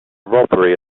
robbery